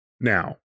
Now